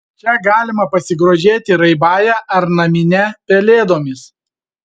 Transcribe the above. čia galima pasigrožėti raibąja ar namine pelėdomis